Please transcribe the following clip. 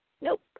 Nope